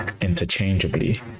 interchangeably